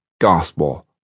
gospel